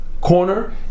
corner